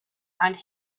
and